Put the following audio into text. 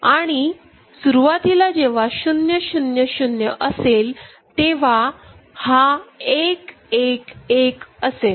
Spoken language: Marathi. आणि सुरुवातीला जेव्हा 000 असेल तेव्हा हा1 1 1 असेल